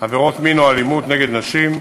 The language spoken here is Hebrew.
עבירות מין או אלימות נגד נשים,